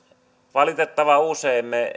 valitettavan usein me